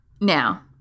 Now